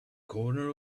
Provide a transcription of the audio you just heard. corner